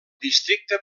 districte